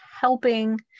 helping